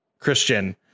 Christian